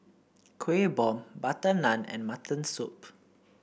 Kuih Bom butter naan and Mutton Soup